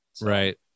Right